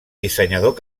dissenyador